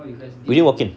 we didn't walk in